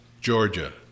Georgia